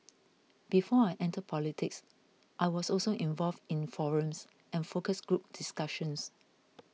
before I entered politics I was also involved in forums and focus group discussions